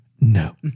No